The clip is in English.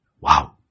Wow